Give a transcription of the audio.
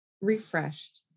refreshed